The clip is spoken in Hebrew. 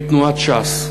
מתנועת ש"ס.